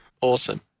Awesome